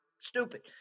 Stupid